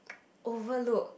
overlook